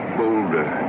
boulder